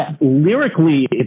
lyrically